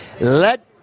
Let